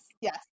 Yes